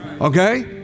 okay